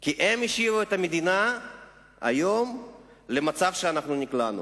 כי הם השאירו את המדינה במצב שאנחנו נקלענו